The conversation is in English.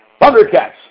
Thundercats